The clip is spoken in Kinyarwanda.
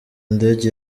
ndege